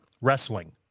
wrestling